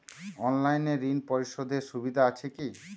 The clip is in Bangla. অনলাইনে ঋণ পরিশধের সুবিধা আছে কি?